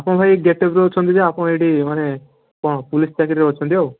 ଆପଣ ଭାଇ ଏଇ ଗେଟ୍ଅପ୍ରେ ଅଛନ୍ତି ଯେ ଆପଣ ଏଇଠି ମାନେ କଣ ପୋଲିସ୍ ଚାକିରିରେ ଅଛନ୍ତି ଆଉ